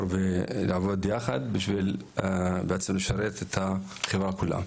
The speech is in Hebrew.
ולעבוד יחד כדי לשרת את החברה כולה.